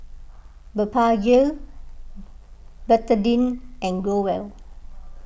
Blephagel Betadine and Growell